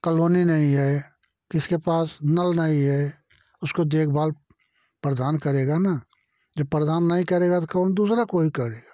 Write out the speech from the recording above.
colony नहीं है किसके पास नल नहीं है उसको देखभाल प्रधान करेगा ना जब प्रधान नहीं करेगा तो कौन दूसरा कोई करेगा